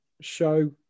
show